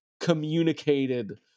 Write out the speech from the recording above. communicated